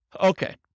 Okay